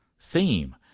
theme